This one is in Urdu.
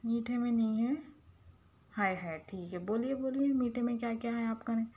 میٹھے میں نہیں ہے ہاٮٔے ہاٮٔے ٹھیک ہے بولیے بولیے میٹھے میں کیا کیا ہے آپ کے